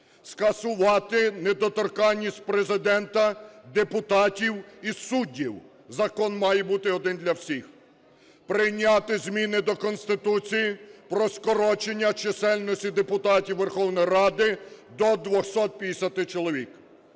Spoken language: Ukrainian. скасувати недоторканність Президента, депутатів і суддів (закон має бути один для всіх), прийняти зміни до Конституції про скорочення чисельності депутатів Верховної Ради до 250 чоловік.